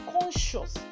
conscious